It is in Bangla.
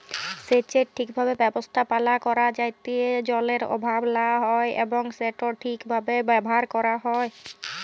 সেচের ঠিকভাবে ব্যবস্থাপালা ক্যরা যাতে জলের অভাব লা হ্যয় এবং সেট ঠিকভাবে ব্যাভার ক্যরা হ্যয়